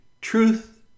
truth